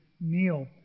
meal